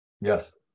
Yes